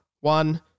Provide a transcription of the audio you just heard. One